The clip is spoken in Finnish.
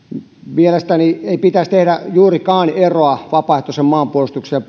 mielestäni ei pitäisi tehdä juurikaan eroa vapaaehtoisen maanpuolustuksen